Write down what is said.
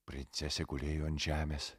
princesė gulėjo ant žemės